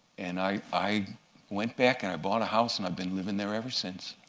and i i went back. and i bought a house. and i've been living there ever since,